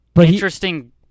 interesting